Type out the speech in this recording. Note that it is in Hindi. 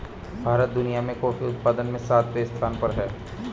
भारत दुनिया में कॉफी उत्पादन में सातवें स्थान पर है